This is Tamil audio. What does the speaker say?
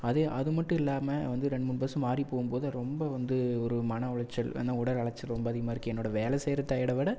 அது அது மட்டும் இல்லாமல் வந்து ரெண்டு மூணு பஸ் மாறி போகும்போது ரொம்ப வந்து ஒரு மன உளைச்சல் இல்லைனா உடல் அலைச்சல் ரொம்ப அதிகமாகருக்கு என்னோடய வேலை செய்கிற டயர்டை விட